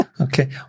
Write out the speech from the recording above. okay